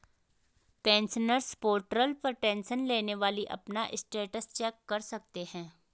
pensioners portal पर tension लेने वाली अपना स्टेटस चेक कर सकते हैं